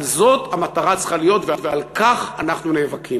אבל זאת המטרה שצריכה להיות, ועל כך אנחנו נאבקים.